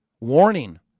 warning